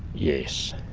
yes.